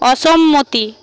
অসম্মতি